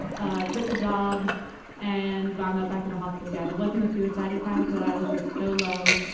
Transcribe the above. ah quit the job and wound up back in the hospital again. it wasn't a suicide attempt, but i was just so low.